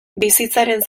bizitzaren